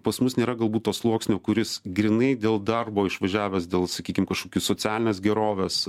pas mus nėra galbūt to sluoksnio kuris grynai dėl darbo išvažiavęs dėl sakykim kažkokių socialinės gerovės